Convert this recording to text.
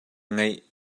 ngeih